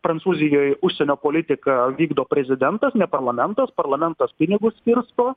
prancūzijoj užsienio politiką vykdo prezidentas ne parlamentas parlamentas pinigus skirsto